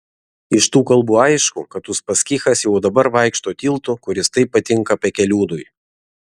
iš tų kalbų aišku kad uspaskichas jau dabar vaikšto tiltu kuris taip patinka pekeliūnui